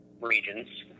regions